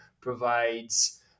provides